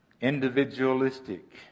Individualistic